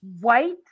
white